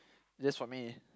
just for me